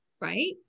right